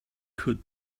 could